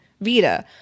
Vita